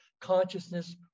consciousness